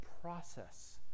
process